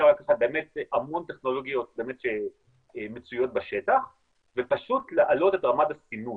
באמת המון טכנולוגיות שמצויות בשטח ופשוט להעלות את רמת הסינון